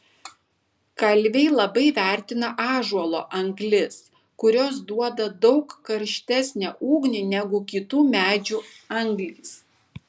kalviai labai vertina ąžuolo anglis kurios duoda daug karštesnę ugnį negu kitų medžių anglys